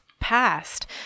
Past